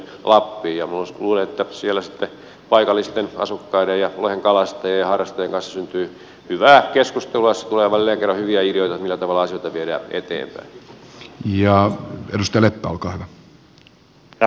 minä luulen että siellä sitten paikallisten asukkaiden ja lohen kalastajien ja harrastajien kanssa syntyy hyvää keskustelua jossa tulee jälleen kerran hyviä ideoita millä tavalla asioita viedään eteenpäin